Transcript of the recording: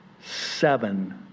seven